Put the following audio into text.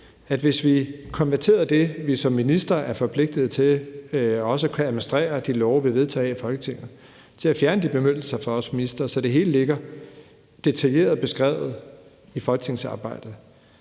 at hvis vi konverterede det, vi som ministre er forpligtede til, også at kunne administrere de love, vi vedtager her i Folketinget, til at fjerne de bemyndigelser fra os ministre, så det hele ligger detaljeret beskrevet i folketingsarbejdet,